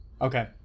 Okay